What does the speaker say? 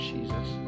Jesus